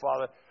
Father